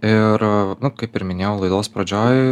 ir nu kaip ir minėjau laidos pradžioj